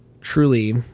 truly